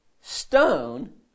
stone